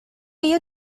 you